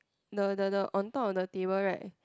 the the the on top of the table right